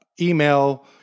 email